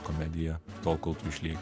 komedija tol kol tu išlieki